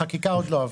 החקיקה עוד לא עברה.